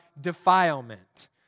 defilement